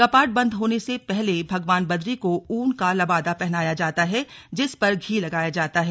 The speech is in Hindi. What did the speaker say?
कपाट बंद होने पहले भगवान बदरी को ऊन का लबादा पहनाया जाता है जिस पर घी लगाया जाता है